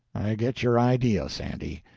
i get your idea, sandy.